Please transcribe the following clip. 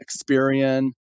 Experian